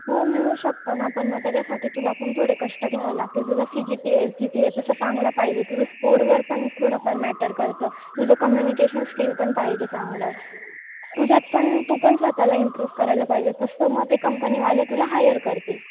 हो मिळू शकतं ना पण मग त्याच्यासाठी तुला पण थोडे कष्ट घ्यावे लागतील तुझा C G P S G P A तसा चांगला पाहिजे तुझं स्पोअरवर पण थोडंफार मॅटर करतं तुझं कम्युनिकेशन स्किल पण पाहिजे चांगलं तुझ्यात पण तू पण स्वतःला इम्प्रूव्ह करायला पाहिजे तसं मग ते कंपनीवाले तुला हायर करतील